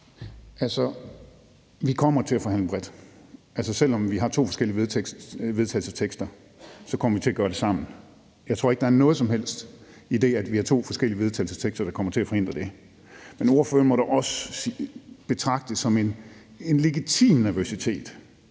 Vi kommer til at forhandle bredt. Selv om vi har to forskellige vedtagelsestekster, kommer vi til at gøre sammen. Jeg tror ikke, at der er noget som helst i det, at vi har to forskellige vedtagelsestekster, der kommer til at forhindre det. Men ordføreren må da også betragte det som en legitim nervøsitet.